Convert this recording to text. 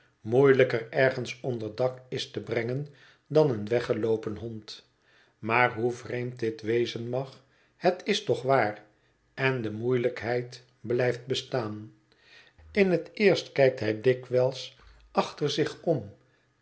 moeielijker ergens onder dak is te brengen dan een weggeloopen hond maar hoe vreemd dit wezen mag het is toch waar en de moeielijkheid blijft bestaan in het eerst kijkt hij dikwijls achter zich om